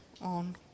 on